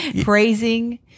praising